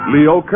Leo